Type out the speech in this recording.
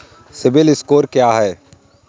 CIBIL score क्या है?